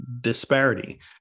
disparity